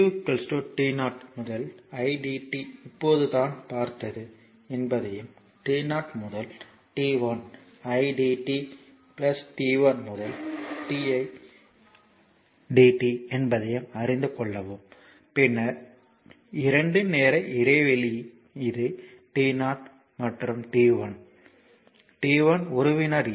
q t0 முதல் idt இப்போது தான் பார்த்தது என்பதையும் t 0 முதல் t 1 i dt t 1 முதல் t i dt என்பதையும் அறிந்து கொள்ளவும் பின்னர் 2 நேர இடைவெளி இது t0 மற்றும் t 1 t 1 ஒரு வினாடி